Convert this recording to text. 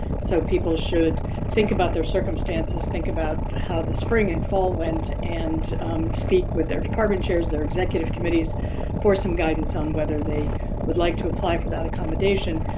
so people should think about their circumstances, think about how the spring and fall went and speak with their department chairs, their executive committees for some guidance on whether they would like to apply for that accommodation.